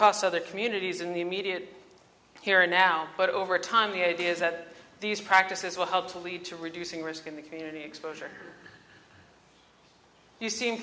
cost other communities in the immediate here and now but over time the idea is that these practices will help to lead to reducing risk in the community exposure you